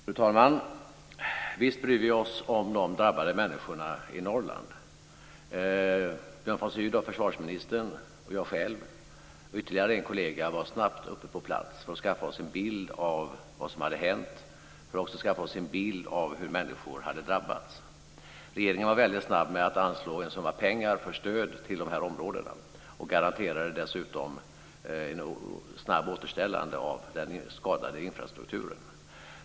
Fru talman! Visst bryr vi oss om de drabbade människorna i Norrland. Björn von Sydow, försvarsministern, jag själv och ytterligare en kollega var snabbt på plats för att skaffa oss en bild av vad som hänt, men också för att skaffa oss en bild av hur människor hade drabbats. Regeringen var väldigt snabb med att anslå en summa pengar för stöd till de här områdena, och garanterade dessutom ett snabbt återställande av den skadade infrastrukturen.